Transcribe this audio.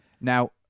Now